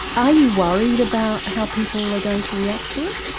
are you worried about how people are going to react to it?